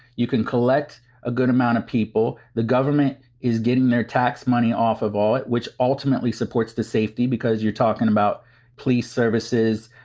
you can collect a good amount of people. the government is getting their tax money off of all it, which ultimately supports to safety because you're talking about police services,